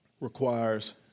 requires